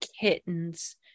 kittens